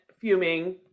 fuming